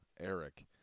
Eric